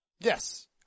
Yes